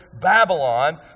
Babylon